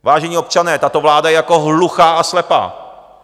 Vážení občané, tato vláda je jako hluchá a slepá.